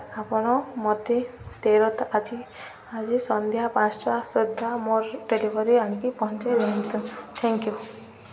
ଆପଣ ମୋତେ ତେର ଆଜି ଆଜି ସନ୍ଧ୍ୟା ପାଞ୍ଚଟା ସୁଦ୍ଧା ମୋର ଡେଲିଭରି ଆଣିକି ପହଞ୍ଚାଇ ଦିଅନ୍ତୁ ଥ୍ୟାଙ୍କ ୟୁ